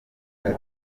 ati